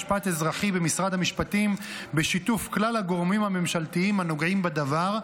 משפט אזרחי במשרד המשפטים בשיתוף כלל הגורמים הממשלתיים הנוגעים בדבר,